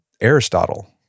Aristotle